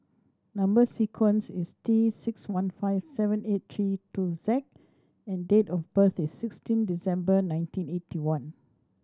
number sequence is T six one five seven eight three two Z and date of birth is sixteen December nineteen eighty one